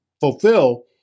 fulfill